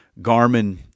Garmin